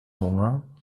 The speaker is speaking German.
hunger